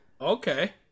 Okay